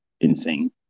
insane